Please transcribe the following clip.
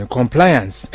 Compliance